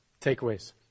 takeaways